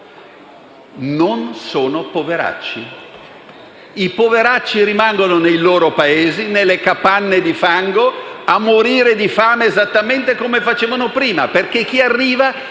Non sono poveracci. I poveracci rimangono nei loro Paesi, nelle capanne di fango, a morire di fame esattamente come facevamo prima. Infatti, chi arriva